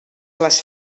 les